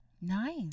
nice